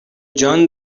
جان